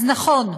אז נכון,